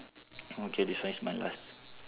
okay this one is my last